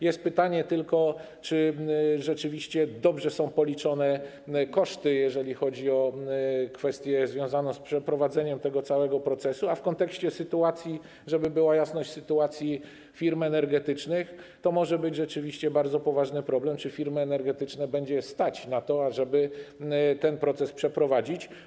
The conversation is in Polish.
Jest tylko pytanie, czy rzeczywiście dobrze są policzone koszty, jeżeli chodzi o kwestię związaną z przeprowadzeniem tego całego procesu, a w kontekście tej sytuacji, żeby była jasność, sytuacji firm energetycznych, to może być rzeczywiście bardzo poważny problem, czy firmy energetyczne będzie stać na to, żeby ten proces przeprowadzić.